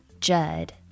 Judd